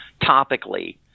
topically